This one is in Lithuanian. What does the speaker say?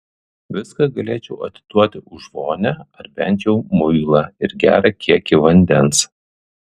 viską galėčiau atiduoti už vonią ar bent jau muilą ir gerą kiekį vandens